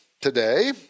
today